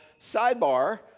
sidebar